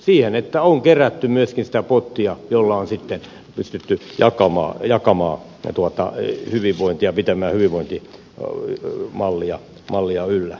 siihen että on kerätty myöskin sitä pottia jolla on sitten pystytty jakamaan hyvinvointia pitämään hyvinvointimallia yllä